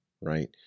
right